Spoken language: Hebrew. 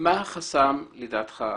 מה לדעתך החסם?